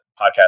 podcast